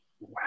Wow